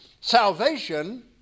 salvation